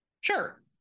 Sure